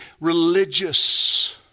religious